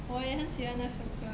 我也很喜欢那首歌